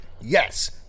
Yes